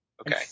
Okay